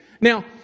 Now